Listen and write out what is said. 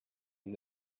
ihm